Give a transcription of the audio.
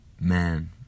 man